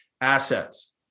Assets